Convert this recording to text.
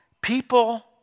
People